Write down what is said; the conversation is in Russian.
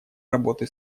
работы